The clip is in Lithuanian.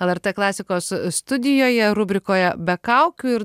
lrt klasikos studijoje rubrikoje be kaukių ir